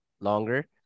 longer